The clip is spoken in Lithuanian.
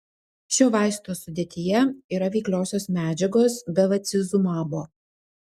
šio vaisto sudėtyje yra veikliosios medžiagos bevacizumabo